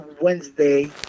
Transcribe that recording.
Wednesday